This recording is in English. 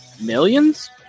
millions